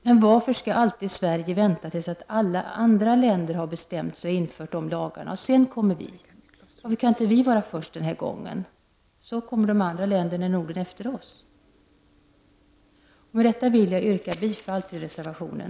Men varför skall alltid Sverige vänta tills alla andra länder har bestämt sig och infört lagar? Varför kan inte vi vara först denna gång, så kommer de andra länderna i Norden efter oss? Med detta vill jag yrka bifall till reservationen.